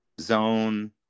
zone